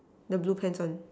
the blue pants one